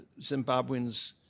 Zimbabweans